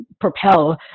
propel